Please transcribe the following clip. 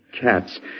cats